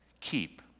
keep